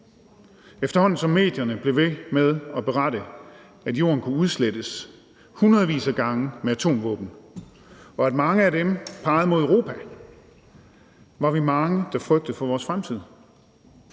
Efterhånden som medierne blev ved med at berette, at jorden kunne udslettes hundredvis af gange med atomvåben, og at mange af dem pegede mod Europa, var vi mange, der frygtede for vores fremtid.